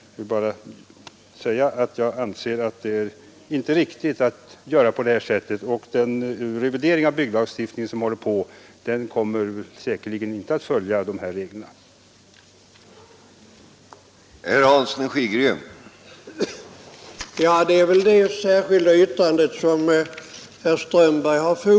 Jag vill bara säga att jag anser att det är inte riktigt att göra på det sättet, och den revidering av bygglagstiftningen som pågår kommer säkerligen inte att följa de regler som uppställts på det här aktuella området.